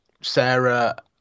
Sarah